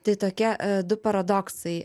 tai tokia du paradoksai